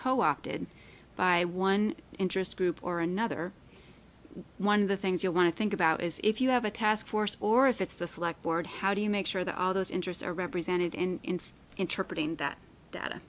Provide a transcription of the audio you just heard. co opted by one interest group or another one of the things you want to think about is if you have a task force or if it's the select board how do you make sure that all those interests are represented in interpreting that data